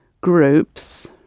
groups